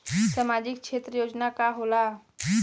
सामाजिक क्षेत्र योजना का होला?